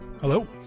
Hello